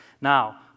Now